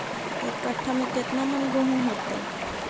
एक कट्ठा में केतना मन गेहूं होतै?